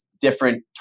different